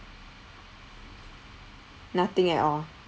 nothing at all